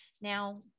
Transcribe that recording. Now